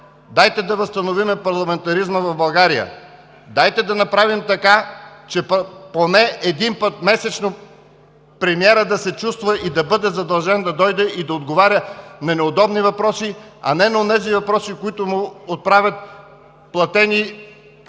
дайте да възстановим парламентаризма в България. Дайте да направим така, че поне един път месечно премиерът да се чувства и да бъде задължен да дойде и да отговаря на неудобни въпроси, а не на онези въпроси, които му отправят платени, хайде